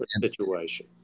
situation